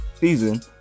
season